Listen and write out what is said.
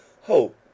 Hope